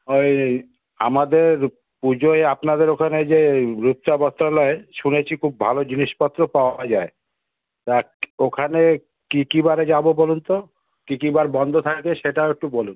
ঐ আমাদের পুজোয় আপনাদের ওখানে যে রূপসা বস্ত্রালয় শুনেছি খুব ভালো জিনিসপত্র পাওয়া যায় তা ওখানে কী কী বারে যাবো বলুন তো কী কী বার বন্ধ থাকে সেটাও একটু বলুন